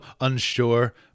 unsure